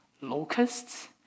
Locusts